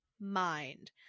mind